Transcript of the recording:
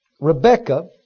Rebecca